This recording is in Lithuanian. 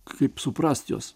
kaip suprasti juos